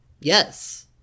yes